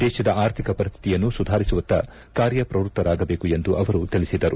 ದೇಶದ ಆರ್ಥಿಕ ಪರಿಶ್ಥಿತಿಯನ್ನು ಸುಧಾರಿಸುವತ್ತ ಕಾರ್ಯಪ್ರವೃತ್ತವಾಗಬೇಕು ಎಂದು ಅವರು ತಿಳಿಸಿದರು